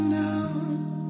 now